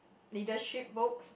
leadership books